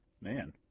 Man